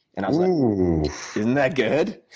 and ooh isn't that good?